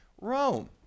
Rome